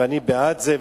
ואני בעד זה.